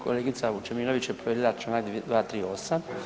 Kolegica Vučemilović je povrijedila članak 238.